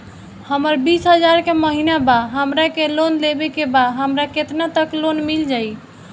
हमर बिस हजार के महिना बा हमरा के लोन लेबे के बा हमरा केतना तक लोन मिल जाई?